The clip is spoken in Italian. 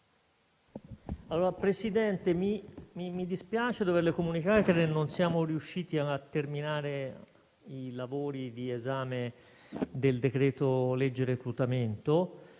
Signor Presidente, mi dispiace doverle comunicare che non siamo riusciti a terminare i lavori di esame del decreto-legge reclutamento.